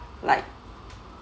like